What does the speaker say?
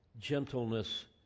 gentleness